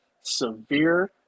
severe